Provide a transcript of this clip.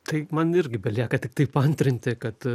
taip man irgi belieka tiktai paantrinti kad